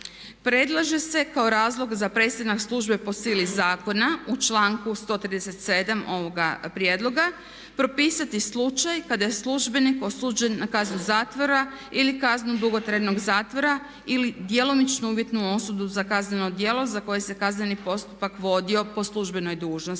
Predlaže se kao razlog za prestanak službe po sili zakona u članku 137. ovoga prijedloga propisati slučaj kada je službenik osuđen na kaznu zatvora ili kaznu dugotrajnog zatvora ili djelomičnu uvjetnu osudu za kazneno djelo za koje se kazneni postupak vodio po službenoj dužnosti